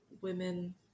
women